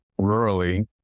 rurally